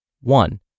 One